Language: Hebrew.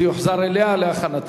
זה יוחזר אליה להכנה.